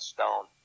Stone